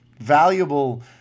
valuable